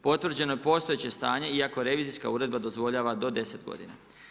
Potvrđeno je postojeće stanje iako revizijska uredba dozvoljava do 10 godina.